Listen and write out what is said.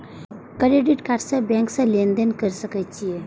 Credit card से bank में लेन देन कर सके छीये?